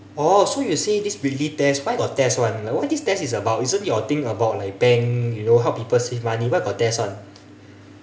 oh so you say this weekly test why got test [one] like what this test is about isn't your thing about like bank you know help people save money why got test [one]